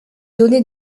donner